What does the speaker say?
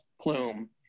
plume